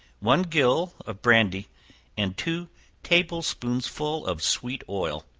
one gill of brandy and two table-spoonsful of sweet oil.